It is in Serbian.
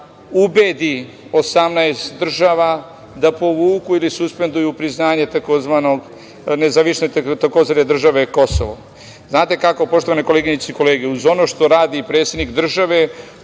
ubedi 18 država da povuku ili suspenduju priznanje tzv. nezavisne države Kosovo. Znate kako, poštovane koleginice i kolege, uz ono što radi predsednik države,